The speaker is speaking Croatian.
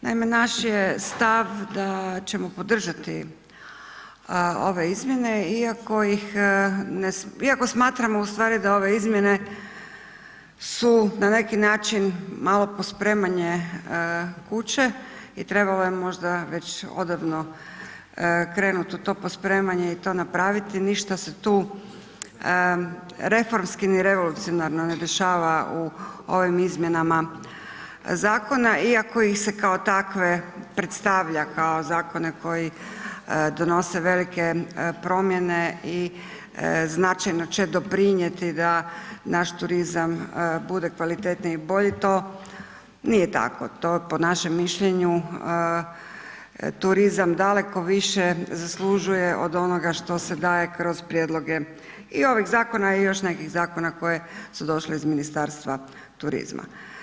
Naime, naš je stav da ćemo podržati ove izmjene iako ih ne, iako smatramo u stvari da ove izmjene su na neki način malo pospremanje kuće i trebalo je možda već odavno krenuto u to pospremanje i to napraviti, ništa se tu reformski, ni revolucionarno ne dešava u ovim izmjenama zakona iako ih se kao takve predstavlja kao zakone koji donose velike promjene i značajno će doprinijeti da naš turizam bude kvalitetniji i bolji, to nije tako, to po našem mišljenju, turizam daleko više zaslužuje od onoga što se daje kroz prijedloge i ovih zakona i još nekih zakona koje su došle iz Ministarstva turizma.